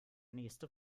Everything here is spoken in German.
nächste